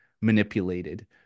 manipulated